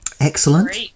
Excellent